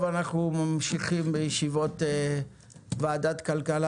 אנחנו ממשיכים בישיבות ועדת כלכלה,